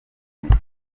tunga